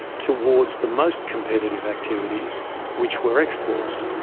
towards the most competitive activities which were exports.